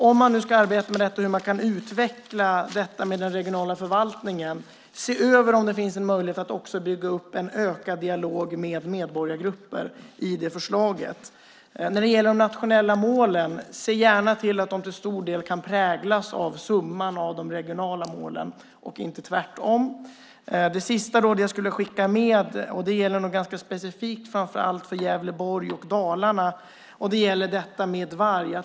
Om man ska arbeta med att utveckla den regionala förvaltningen borde man också se över om det finns en möjlighet att utveckla en dialog med medborgargrupper i förslaget. När det gäller de nationella målen bör man gärna se till att de präglas av summan av de regionala målen och inte tvärtom. Det sista jag skulle vilja skicka med gäller specifikt framför allt för Gävleborg och Dalarna. Det gäller frågan om varg.